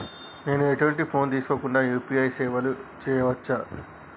నేను ఎటువంటి ఫోన్ తీసుకుంటే యూ.పీ.ఐ సేవలు చేయవచ్చు?